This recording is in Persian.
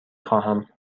خواهم